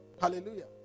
Hallelujah